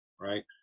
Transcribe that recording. right